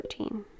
14